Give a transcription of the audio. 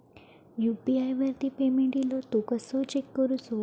UPI वरती payment इलो तो कसो चेक करुचो?